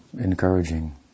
encouraging